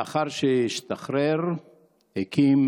לאחר שהשתחרר הקים